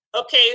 okay